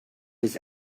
his